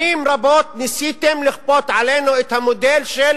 שנים רבות ניסיתם לכפות עלינו את המודל של